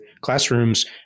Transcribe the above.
classrooms